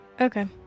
Okay